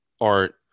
art